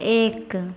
एक